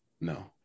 No